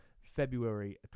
February